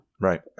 Right